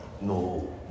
No